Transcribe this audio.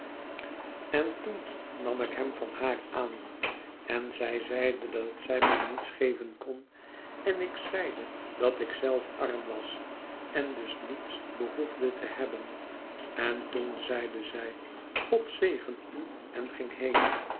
en toen nam ik hem van haar aan en zij zeide dat zij mij niets geven kon en ik zeide dat ik zelf arm was en dus niets behoefde te hebben en toen zeide zij god zegen u en ging heen